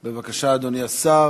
בבקשה, אדוני השר,